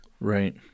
Right